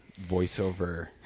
voiceover